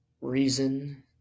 reason